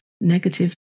negative